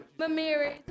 Mamiri